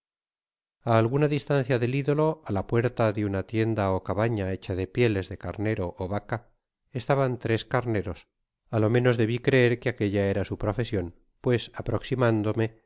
a alguna distancia del idolo á la puerta de una tienda ó cabana hecha de pieles de camero ó vaca eslaba tres carneros á lo menos debi creer que aquella era su profesion pues aproximándome vi